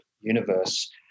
universe